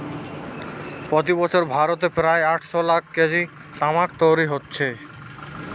প্রতি বছর ভারতে প্রায় আটশ লাখ কেজি তামাক তৈরি হচ্ছে